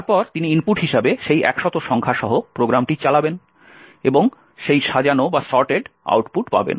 তারপর তিনি ইনপুট হিসাবে সেই একশত সংখ্যা সহ প্রোগ্রামটি চালাবেন এবং সাজানো আউটপুট পাবেন